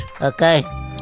okay